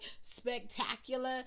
spectacular